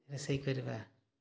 ରୋଷେଇ କରିବା